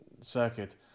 circuit